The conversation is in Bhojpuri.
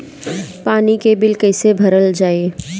पानी के बिल कैसे भरल जाइ?